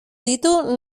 ditu